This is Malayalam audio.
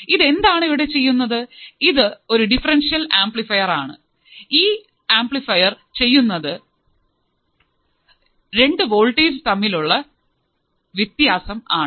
ഇതെന്താണ് ഇവിടെ ചെയ്യുന്നത് ഇത് ഒരു ഡിഫറെൻഷ്യൽ ആംപ്ലിഫയർ ആണ് ഇത് ആംപ്ലിഫയ് ചെയ്യുന്നത് രണ്ടു വോൾട്ടേജ് തമ്മിലുള്ള വിത്യാസം ആണ്